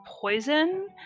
Poison